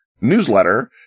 newsletter